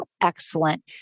excellent